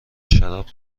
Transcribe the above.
شراب